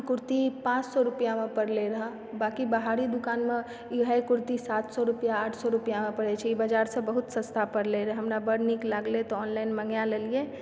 आ कुर्ती पाँच सए रुपैआमऽ पड़ले रहऽ बाकी बाहरी दुकानमे इहे कुर्ती सात सए आठ सए रुपैआ पड़ैत छै ई बजारसँ बहुत सस्ता पड़ले रहऽ हमरा बड्ड नीक लागलै तऽ ऑनलाइन मँगय ललियै